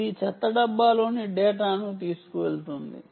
అది చెత్త డబ్బా లోని డేటాను తీసుకువెళుతుంది